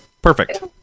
Perfect